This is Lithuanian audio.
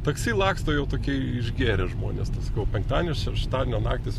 taksi laksto jau tokie išgėrę žmonės tas penktadienio šeštadienio naktys